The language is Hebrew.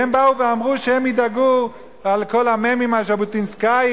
כי הם באו ואמרו שהם ידאגו לכל המ"מים הז'בוטינסקאיים,